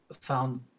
found